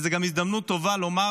זו גם הזדמנות טובה לומר